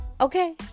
okay